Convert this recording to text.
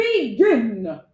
begin